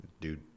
dude